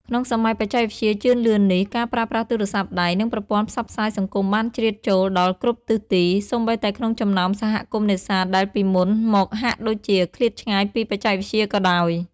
ក្នុងសម័យបច្ចេកវិទ្យាជឿនលឿននេះ ការប្រើប្រាស់ទូរស័ព្ទដៃ និងប្រព័ន្ធផ្សព្វផ្សាយសង្គមបានជ្រៀតចូលដល់គ្រប់ទិសទី សូម្បីតែក្នុងចំណោមសហគមន៍នេសាទដែលពីមុនមកហាក់ដូចជាឃ្លាតឆ្ងាយពីបច្ចេកវិទ្យាក៏ដោយ។